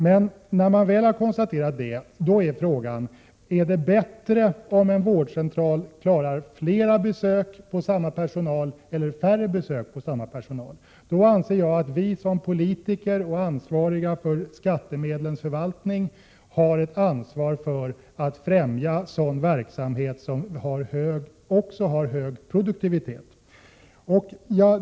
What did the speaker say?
Men när man väl har konstaterat det är frågan: Är det bättre om en vårdcentral klarar flera besök med samma personal eller färre besök med samma personal? Jag anser att vi som politiker och ansvariga för skattemedlens förvaltning har ett ansvar för att främja sådan verksamhet som också har hög produktivitet.